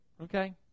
Okay